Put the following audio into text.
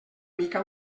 mica